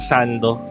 Sando